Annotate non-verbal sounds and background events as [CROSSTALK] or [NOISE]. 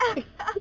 [LAUGHS]